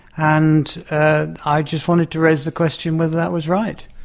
and ah i just wanted to raise the question whether that was right.